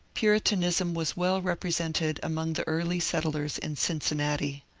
puritanism was well represented among the early settlers in cincinnati.